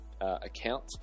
account